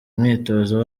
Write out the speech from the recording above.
umwitozo